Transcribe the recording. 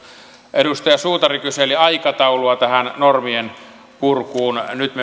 edustaja suutari kyseli aikataulua tähän normien purkuun nyt